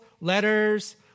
letters